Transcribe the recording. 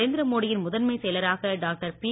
நரேந்திர மோடியின் முதன்மைச் செயலராக டாக்டர் பி